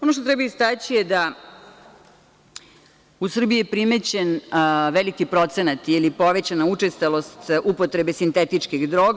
Ono što treba istaći da u Srbiji je primećen veliki procenat ili povećana učestalost upotrebe sintetičkih droga.